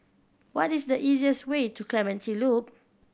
what is the easiest way to Clementi Loop